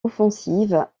offensive